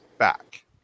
back